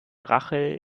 rachel